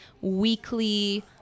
weekly